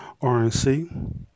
RNC